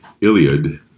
Iliad